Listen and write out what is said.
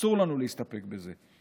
אסור לנו להסתפק בזה.